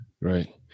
Right